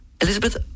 Elizabeth